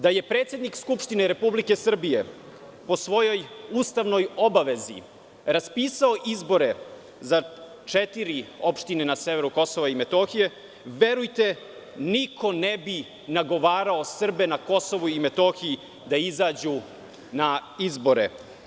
Da je predsednik Skupštine Republike Srbije po svojoj ustavnoj obavezi raspisao izbore za četiri opštine na severu Kosova i Metohije, verujte, niko ne bi nagovarao Srbe na Kosovu i Metohiji da izađu na izbore.